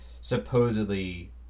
supposedly